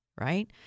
right